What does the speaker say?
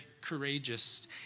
courageous